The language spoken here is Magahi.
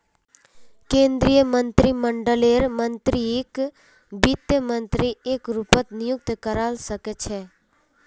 केन्द्रीय मन्त्रीमंडललेर मन्त्रीकक वित्त मन्त्री एके रूपत नियुक्त करवा सके छै